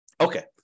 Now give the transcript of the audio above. Okay